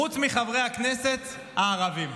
חוץ מחברי הכנסת הערבים.